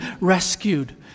rescued